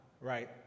right